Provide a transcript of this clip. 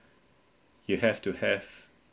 you have to have